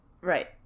Right